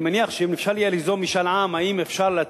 אני מניח שאם אפשר יהיה ליזום משאל עם, האם אפשר